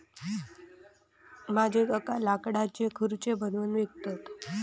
माझे काका लाकडाच्यो खुर्ची बनवून विकतत